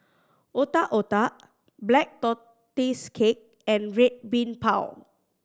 Otak Otak Black Tortoise Cake and Red Bean Bao